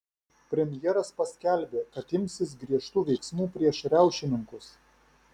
premjeras paskelbė kad imsis griežtų veiksmų prieš riaušininkus